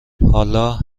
حالا